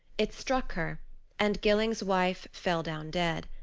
it struck her and gilling's wife fell down dead.